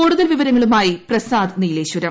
കൂടുതൽ വിവരങ്ങളുമായി പ്രസാദ് നീലേശ്വരം